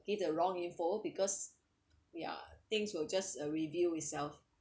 give the wrong info because ya things will just a review itself